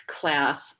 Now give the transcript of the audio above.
class